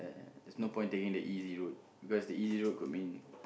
there's no point taking the easy road because the easy road could mean